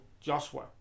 Joshua